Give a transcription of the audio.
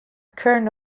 current